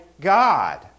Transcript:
God